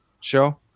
show